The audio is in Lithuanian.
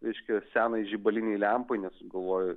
reiškia senai žibalinei lempai nes galvoju